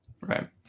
right